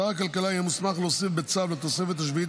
שר הכלכלה יהיה מוסמך להוסיף בצו לתוספת השביעית